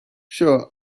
sure